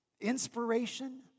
Inspiration